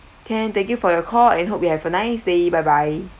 can thank you for your call I hope you have a nice day bye bye